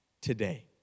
today